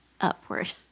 upward